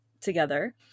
together